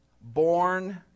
born